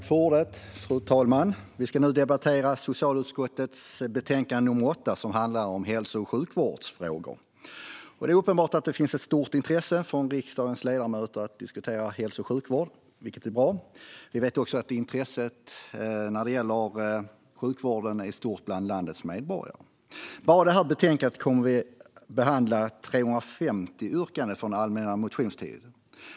Fru talman! Vi ska nu debattera socialutskottets betänkande 8, som handlar om hälso och sjukvårdsfrågor. Det är uppenbart att det finns ett stort intresse från riksdagens ledamöter att diskutera hälso och sjukvård, vilket är bra. Vi vet också att intresset för sjukvården är stort bland landets medborgare. I detta betänkande behandlas 350 yrkanden från allmänna motionstiden.